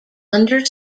under